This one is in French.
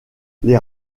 les